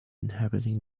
inhabiting